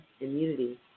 immunity